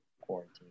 quarantine